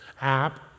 app